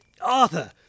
Arthur